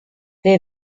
they